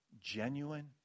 genuine